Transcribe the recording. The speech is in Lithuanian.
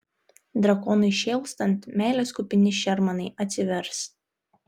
drakonui šėlstant meilės kupini šermanai atsivers